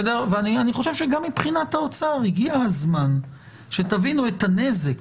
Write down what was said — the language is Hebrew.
אני חושב שגם מבחינת האוצר הגיע הזמן שתבינו את הנזק